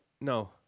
No